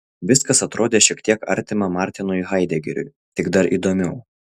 viskas atrodė šiek tiek artima martinui haidegeriui tik dar įdomiau